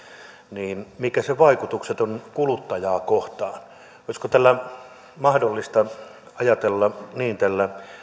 niin mitkä sen vaikutukset ovat kuluttajaa kohtaan olisiko mahdollista ajatella niin että tällä